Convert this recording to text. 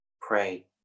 Pray